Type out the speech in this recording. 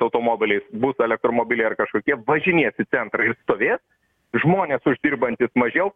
automobiliais bus elektromobiliai ar kažkokie važinės į centrą ir stovės žmonės uždirbantys mažiau